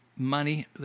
Money